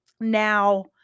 now